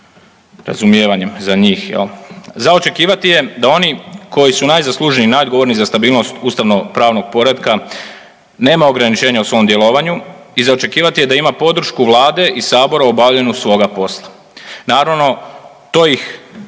razumijevanjem za njih jel. Za očekivati je da oni koji su najzaslužniji i najodgovorniji za stabilnost ustavnopravnog poretka nema ograničenja u svom djelovanju i za očekivati je da ima podršku Vlade i Sabora u obavljanju svoga posla. Naravno to ih